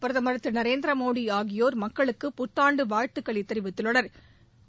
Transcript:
பிரதமா் திரு நரேந்திரமோடி ஆகியோா் மக்களுக்கு புத்தாண்டு வாழ்த்துக்கள் தெரிவித்துள்ளனா்